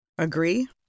Agree